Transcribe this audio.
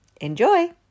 Enjoy